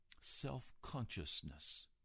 self-consciousness